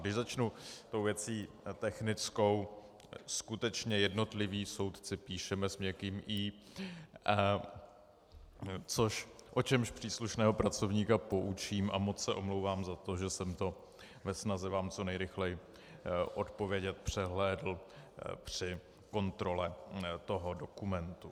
Když začnu tou věcí technickou, skutečně jednotliví soudci píšeme s měkkým i, o čemž příslušného pracovníka poučím a moc se omlouvám za to, že jsem to ve snaze vám co nejrychleji odpovědět přehlédl při kontrole toho dokumentu.